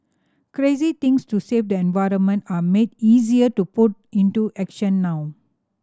crazy things to save the environment are made easier to put into action now